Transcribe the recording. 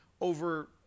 over